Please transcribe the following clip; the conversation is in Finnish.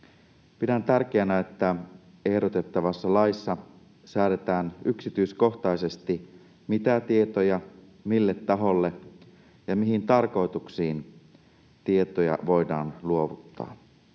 Pidän tärkeänä, että ehdotettavassa laissa säädetään yksityiskohtaisesti, mitä tietoja voidaan luovuttaa, mille taholle ja mihin tarkoituksiin. Tätä on arvioitava